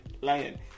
Lion